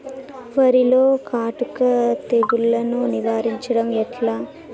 వరిలో కాటుక తెగుళ్లను నివారించడం ఎట్లా?